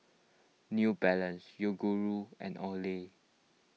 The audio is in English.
New Balance Yoguru and Olay